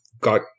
got